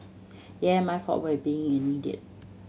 yeah my fault for being an idiot